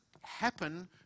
happen